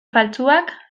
faltsuak